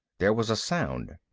there was a sound.